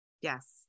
Yes